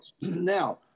Now